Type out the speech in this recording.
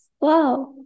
Wow